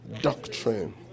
doctrine